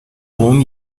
اون